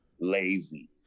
lazy